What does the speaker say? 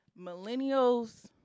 millennials